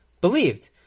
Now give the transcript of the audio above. believed